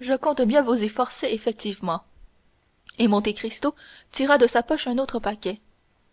je compte bien vous y forcer effectivement et monte cristo tira de sa poche un autre paquet